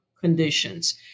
conditions